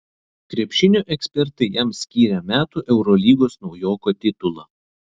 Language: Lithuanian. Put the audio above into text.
krepšinio ekspertai jam skyrė metų eurolygos naujoko titulą